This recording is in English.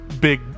big